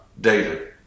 David